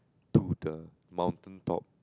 to the mountain top